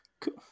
Cool